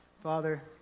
Father